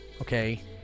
okay